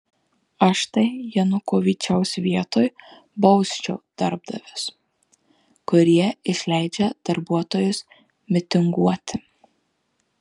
aš tai janukovyčiaus vietoj bausčiau darbdavius kurie išleidžia darbuotojus mitinguoti